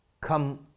Come